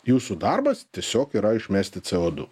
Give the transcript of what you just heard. jūsų darbas tiesiog yra išmesti co du